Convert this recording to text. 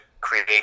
create